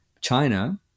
China